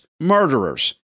murderers